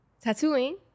tattooing